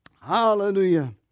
Hallelujah